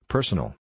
Personal